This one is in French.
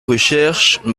recherche